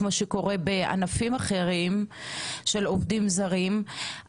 כמו שקורה בענפים אחרים של עובדים זרים,